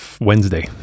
Wednesday